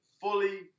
fully